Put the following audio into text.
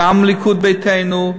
גם הליכוד ביתנו,